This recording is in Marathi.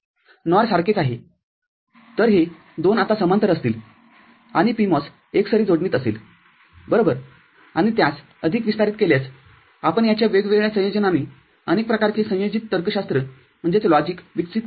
NOR सारखेच आहे तर हे दोन आता समांतर असतील आणि PMOS एकसरी जोडणीत असेल बरोबरआणि त्यास अधिक विस्तारित केल्यास आपण याच्या वेगवेगळ्या संयोजनांनी अनेक प्रकारचे संयोजित तर्कशास्त्र विकसित करू शकतो